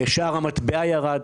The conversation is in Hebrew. שער המטבע ירד.